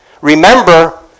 Remember